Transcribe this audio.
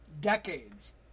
decades